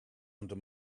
under